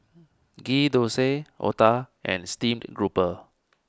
Ghee Thosai Otah and Steamed Grouper